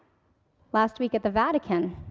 last week at the vatican,